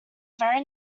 very